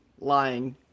lying